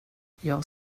jag